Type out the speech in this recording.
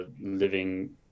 living